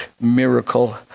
miracle